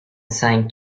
سنگ